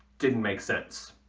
didn't make sense